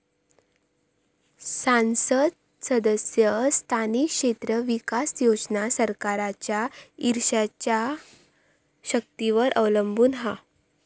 सांसद सदस्य स्थानिक क्षेत्र विकास योजना सरकारच्या ईच्छा शक्तीवर अवलंबून हा